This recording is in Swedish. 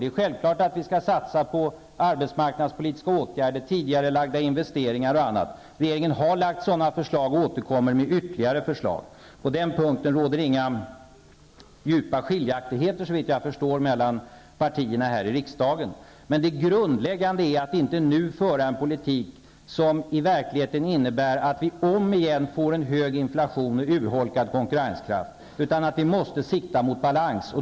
Det är självklart att vi skall satsa på arbetsmarknadspolitiska åtgärder, tidigarelagda investeringar osv. Regeringen har lagt fram sådana förslag och återkommer med ytterligare förslag. På den punkten finns det, såvitt jag förstår, inte några djupa skiljaktigheter mellan partierna här i riksdagen. Det grundläggande är att inte nu föra en politik som i verkligheten innebär att vi återigen får hög inflation och urholkad konkurrenskraft. I stället måste vi sikta mot balans.